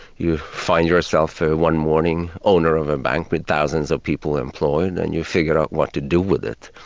you find yourself one morning, owner of a bank with thousands of people employed and you figure out what to do with it.